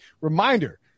Reminder